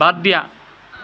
বাদ দিয়া